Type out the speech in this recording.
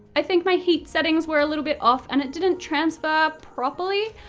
i think my heat settings were a little bit off and it didn't transfer properly.